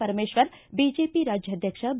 Parameshwar BJP ರಾಜ್ಯಾಧ್ವಕ್ಷ B